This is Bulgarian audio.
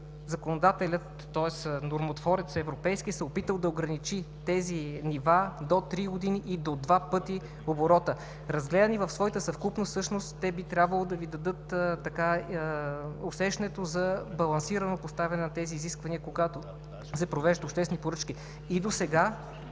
законодателят, европейският нормотворец, се е опитал да ограничи тези нива до три години и до два пъти оборота. Разгледани в своята съвкупност, всъщност те би трябвало да Ви дадат усещането за балансирано поставяне на тези изисквания, когато се провеждат обществени поръчки. И досега